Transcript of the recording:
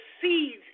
seeds